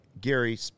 Gary